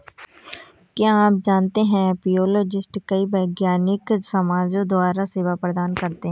क्या आप जानते है एपियोलॉजिस्ट कई वैज्ञानिक समाजों द्वारा सेवा प्रदान करते हैं?